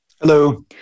Hello